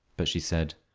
but she said,